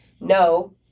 no